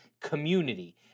community